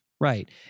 Right